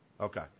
Okay